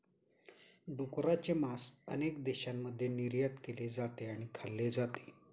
डुकराचे मांस अनेक देशांमध्ये निर्यात केले जाते आणि खाल्ले जाते